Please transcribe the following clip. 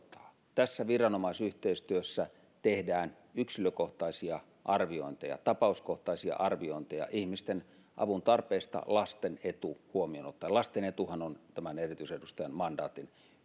tässä viranomaisyhteistyössä tehdään yksilökohtaisia arviointeja tapauskohtaisia arviointeja ihmisten avuntarpeesta lasten etu huomioon ottaen lasten etuhan on tämän erityisedustajan mandaatin